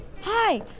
Hi